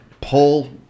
pull